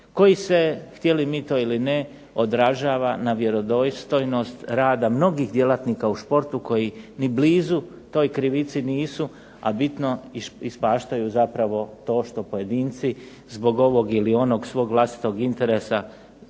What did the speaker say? koji se, htjeli mi to ili ne, održava na vjerodostojnost rada mnogih djelatnika u športu koji ni blizu toj krivici nisu, a bitno ispaštaju zapravo to što pojedinci zbog ovog ili onog svog vlastitog interesa